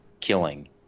killing